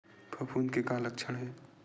फफूंद के का लक्षण हे?